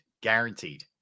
Guaranteed